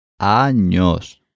años